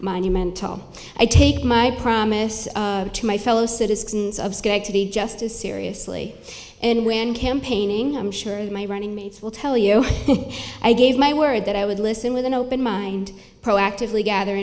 monumental i take my promise to my fellow citizens of schenectady just as seriously and when campaigning i'm sure my running mates will tell you i gave my word that i would listen with an open mind proactively gather